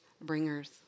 bringers